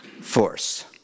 force